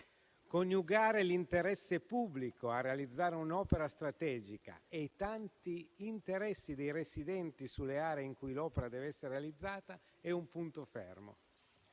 Coniugare l'interesse pubblico a realizzare un'opera strategica e tanti interessi dei residenti sulle aree in cui l'opera deve essere realizzata è un punto fermo.